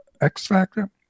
x-factor